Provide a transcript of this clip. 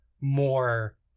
more